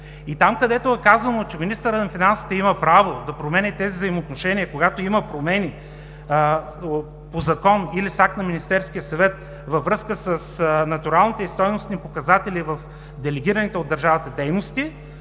И там, където е казано, че министърът на финансите има право да променя тези взаимоотношения, когато има промени по закон или с акт на Министерския съвет във връзка с натуралните и стойностни показатели в делегираните от държавата дейности,